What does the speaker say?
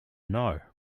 know